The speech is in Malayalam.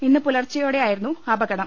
ഇന്ന് പുലർച്ച യോടെയായിരുന്നു അപകടം